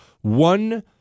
one